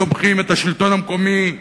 אנחנו תומכים בשלטון המקומי,